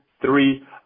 three